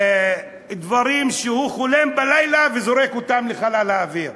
דברים שהוא חולם בלילה וזורק אותם לחלל האוויר.